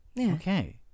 okay